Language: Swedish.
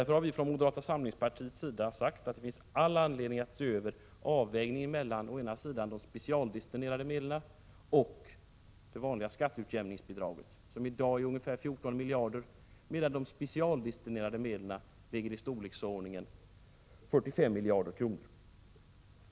Från moderata samlingspartiets sida har vi sagt att det finns all anledning att se över avvägningen mellan de specialdestinerade medlen och det vanliga skatteutjämningsbidraget, som i dag är ungefär 14 miljarder, medan de specialdestinerade medlen är i storleksordningen 45 miljarder kronor.